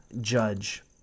judge